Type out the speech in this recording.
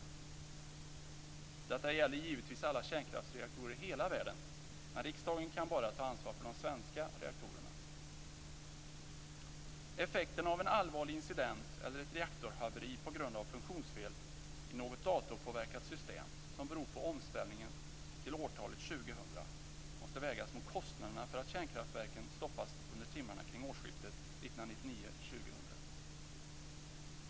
Detta gäller givetvis alla kärnkraftsreaktorer i hela världen, men riksdagen kan bara ta ansvar för de svenska reaktorerna. Effekterna av en allvarlig incident eller ett reaktorhaveri på grund av funktionsfel i något datorpåverkat system som beror på omställningen till årtalet 2000 måste vägas mot kostnaderna för att kärnkraftverken stoppas under timmarna kring årsskiftet 1999/2000.